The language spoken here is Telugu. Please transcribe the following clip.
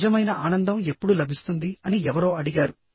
మీకు నిజమైన ఆనందం ఎప్పుడు లభిస్తుంది అని ఎవరో అడిగారు